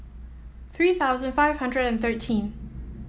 three thousand five hundred and thirteen